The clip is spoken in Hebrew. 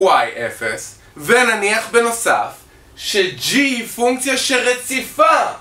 y0 ונניח בנוסף שg היא פונקציה שרציפה